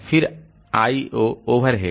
फिर I O overhead